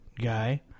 guy